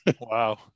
Wow